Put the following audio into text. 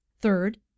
Third